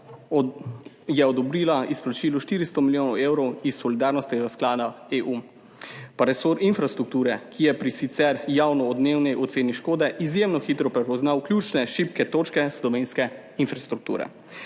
je odobrila izplačilo 400 milijonov evrov iz solidarnostnega sklada EU, pa resor infrastrukture, ki je pri sicer javno odmevni oceni škode izjemno hitro prepoznal ključne šibke točke slovenske infrastrukture.